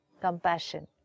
Compassion